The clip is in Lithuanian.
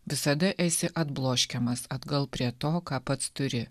visada esi atbloškiamas atgal prie to ką pats turi